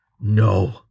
No